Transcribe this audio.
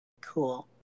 Cool